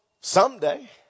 someday